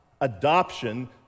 Adoption